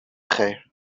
خیر